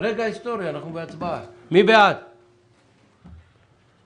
הצבעה בעד, 5 אושר.